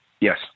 Yes